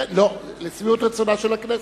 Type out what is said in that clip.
לא, לשביעות רצונה של הכנסת.